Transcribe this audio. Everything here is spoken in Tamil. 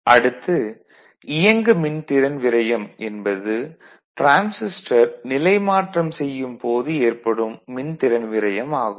அடுத்து இயங்கு மின்திறன் விரயம் என்பது டிரான்சிஸ்டர் நிலைமாற்றம் செய்யும் போது ஏற்படும் மின்திறன் விரயம் ஆகும்